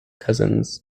cousins